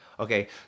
Okay